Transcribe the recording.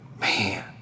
man